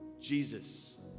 Jesus